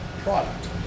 product